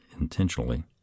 intentionally